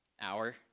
hour